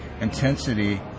intensity